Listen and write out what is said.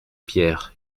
pierre